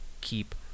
keep